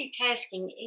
multitasking